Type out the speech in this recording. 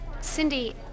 Cindy